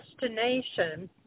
destination